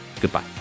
Goodbye